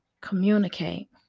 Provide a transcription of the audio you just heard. Communicate